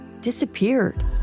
disappeared